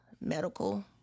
medical